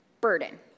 burden